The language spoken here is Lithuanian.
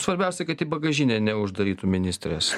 svarbiausia kad į bagažinę neuždarytų ministrės